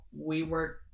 WeWork